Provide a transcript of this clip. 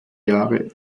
jahre